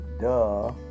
duh